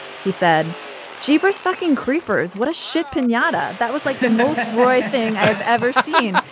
he said jeepers fucking creepers what a shit pinata. that was like the most roy thing i have ever seen.